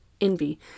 envy